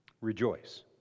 Rejoice